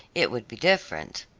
it would be different.